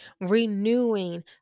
renewing